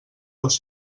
dos